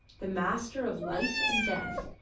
the master of life and death,